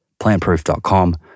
plantproof.com